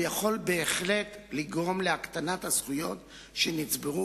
והוא יכול בהחלט לגרום להקטנת הזכויות שנצברו